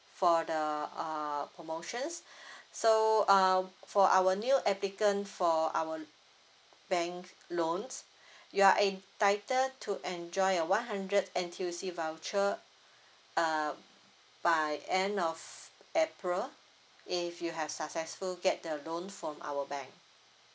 for the uh promotions so uh for our new applicant for our bank loan you are entitle to enjoy a one hundred N_T_U_C voucher uh by end of april if you have successful get the loan from our bank